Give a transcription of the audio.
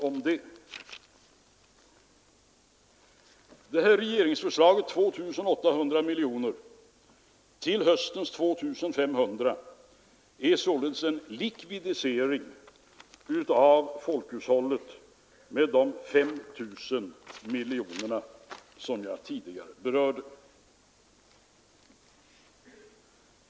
Det nu föreliggande regeringsförslaget om 2 800 miljoner kronor till höstens 2 500 miljoner är således en likvidisering av folkhushållet med de 5 000 miljoner kronor jag tidigare berörde.